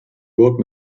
board